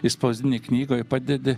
išspausdini knygoj padedi